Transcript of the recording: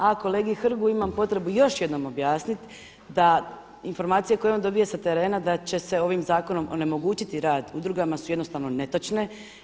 A kolegi Hrgu imam potrebu još jednom objasnit da informacije koje on dobija sa terena da će se ovim zakonom onemogućiti rad udrugama su jednostavno netočne.